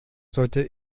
sollte